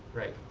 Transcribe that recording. right.